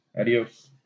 Adios